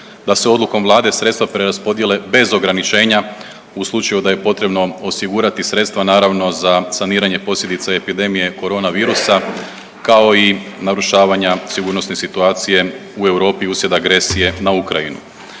da se odlukom Vlade sredstva preraspodijele bez ograničenja u slučaju da je potrebno osigurati sredstva naravno za saniranje posljedica epidemije korona virusa, kao i narušavanja sigurnosne situacije u Europi uslijed agresije na Ukrajinu.